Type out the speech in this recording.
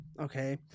Okay